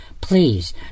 Please